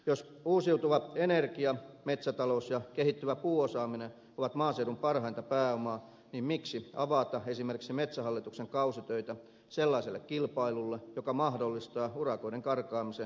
jos uusiutuva energia metsätalous ja kehittyvä puuosaaminen ovat maaseudun parhainta pääomaa niin miksi avata esimerkiksi metsähallituksen kausitöitä sellaiselle kilpailulle joka mahdollistaa urakoiden karkaamisen ulkomaiselle työvoimalle